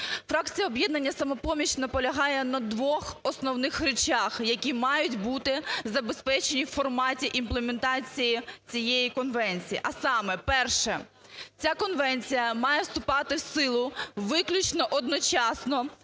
Фракція "Об'єднання "Самопоміч" наполягає на двох основних речах, які мають бути забезпечені в форматі імплементації цієї конвенції. А саме, перше, ця конвенція має вступати в силу виключно одночасно